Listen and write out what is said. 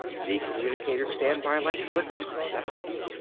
the communicator's standby light flickered steadily.